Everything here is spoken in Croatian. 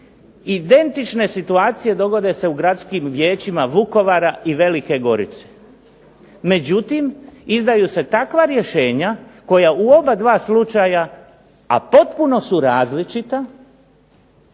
identične situacije dogode se u gradskim vijećima Vukovara i Velike Gorice, međutim, izdaju se takva rješenja koja u oba dva slučaja, a potpuno su različita,